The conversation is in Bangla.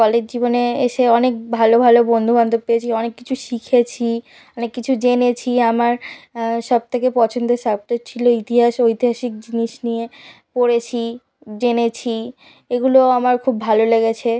কলেজ জীবনে এসে অনেক ভালো ভালো বন্ধু বান্ধব পেয়েছি অনেক কিছু শিখেছি অনেক কিছু জেনেছি আমার সব থেকে পছন্দের সাবটে ছিলো ইতিহাস ঐতিহাসিক জিনিস নিয়ে পড়েছি জেনেছি এগুলো আমার খুব ভালো লেগেছে